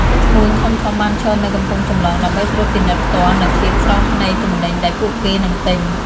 ឈ្មួញធំៗ បានឈរនៅកំពង់ចម្លងដើម្បីត្រួតពិនិត្យផ្ទាល់នូវភាពស្រស់នៃទំនិញដែលពួកគេនឹងទិញ។